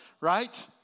right